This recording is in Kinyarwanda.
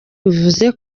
bivuze